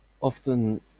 Often